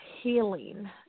healing